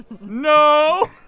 No